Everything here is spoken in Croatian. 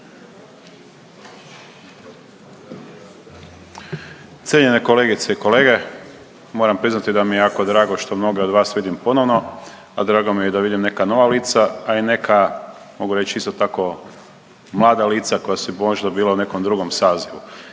Cijenjen kolegice i kolege, moram priznati da mi je jako drago što mnoge od vas vidim ponovno, a drago mi je i da vidim neka nova lica, a i neka, mogu reći isto tako, mlada lica koja su možda bila u nekom drugom sazivu.